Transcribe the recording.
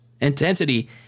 intensity